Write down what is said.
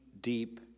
deep